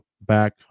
back